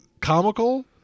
comical